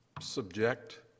subject